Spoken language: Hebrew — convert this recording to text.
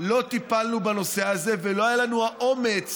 לא טיפלנו בנושא הזה ולא היה לנו האומץ